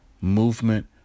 Movement